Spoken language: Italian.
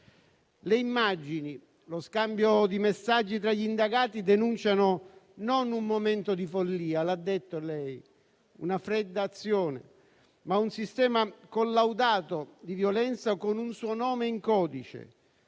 Le immagini, lo scambio di messaggi tra gli indagati denunciano non un momento di follia - l'ha detto lei: una fredda azione - ma un sistema collaudato di violenza con un suo nome in codice,